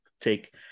take